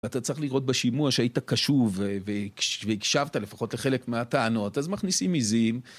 אתה צריך לראות בשימוע שהיית קשוב, והקשבת לפחות לחלק מהטענות, אז מכניסים עיזים.